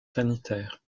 sanitaire